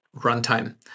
runtime